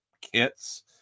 kits